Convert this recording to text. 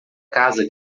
casa